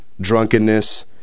drunkenness